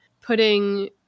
putting